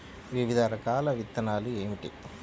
వివిధ రకాల విత్తనాలు ఏమిటి?